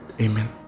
Amen